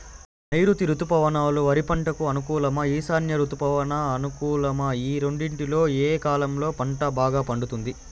నైరుతి రుతుపవనాలు వరి పంటకు అనుకూలమా ఈశాన్య రుతుపవన అనుకూలమా ఈ రెండింటిలో ఏ కాలంలో పంట బాగా పండుతుంది?